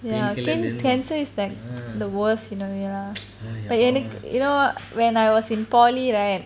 ya pain~ cancer is like the worse you know ya எனக்கு:enaku you know when I was in poly right